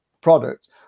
product